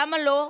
למה לא?